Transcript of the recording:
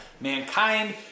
Mankind